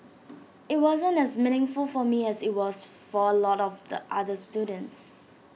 IT wasn't as meaningful for me as IT was for A lot of the other students